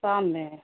سام میں